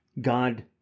God